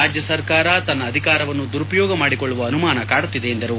ರಾಜ್ಯ ಸರ್ಕಾರ ತನ್ನ ಅಧಿಕಾರವನ್ನು ದುರುಪಯೋಗ ಪಡಿಸಿಕೊಳ್ಳುವ ಅನುಮಾನ ಕಾಡುತ್ತಿದೆ ಎಂದರು